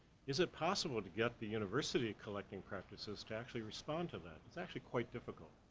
is it possible to get the university collecting practices to actually respond to that, it's actually quite difficult.